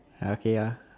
ah okay ah